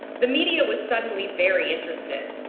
the media was suddenly very interested.